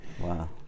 Wow